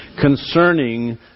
concerning